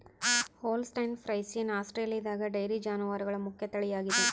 Holstein Friesian ಆಸ್ಟ್ರೇಲಿಯಾದಗ dairy ಜಾನುವಾರುಗಳ ಮುಖ್ಯ ತಳಿಯಾಗಿದೆ